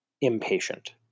impatient